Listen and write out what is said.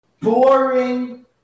boring